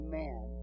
man